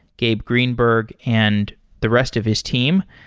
gabe greenberg and the rest of his team.